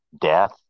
death